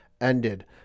ended